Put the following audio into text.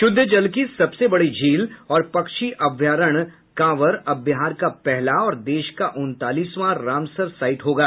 शुद्ध जल की सबसे बड़ी झील और पक्षी अभयारण्य कांवर अब बिहार का पहला और देश का उनतालीसवां रामसर साईट होगा